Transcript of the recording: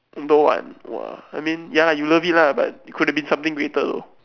no what !wah! I mean ya lah you love it lah but it could have been something greater though